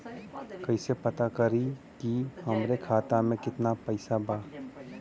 कइसे पता करि कि हमरे खाता मे कितना पैसा बा?